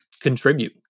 contribute